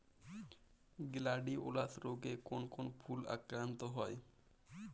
Gladiolus রোগে কোন কোন ফুল আক্রান্ত হয়?